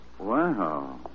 Wow